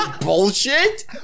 bullshit